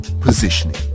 Positioning